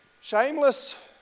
Shameless